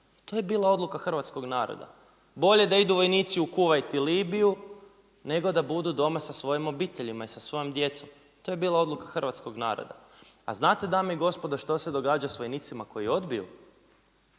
To je bila odluka hrvatskog naroda. Bolje da idu vojnici u Kuvajt u Libiju, nego da budu doma sa svojim obiteljima i sa svojom djecom, to je bila odluka hrvatskog naroda. A znate dame i gospodo što se događa s vojnicima koji odbiju,